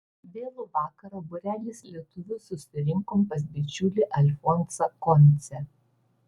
vėlų vakarą būrelis lietuvių susirinkom pas bičiulį alfonsą koncę